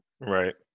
Right